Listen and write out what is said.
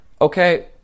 okay